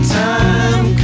time